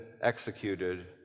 executed